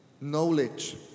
Knowledge